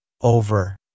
over